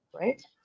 right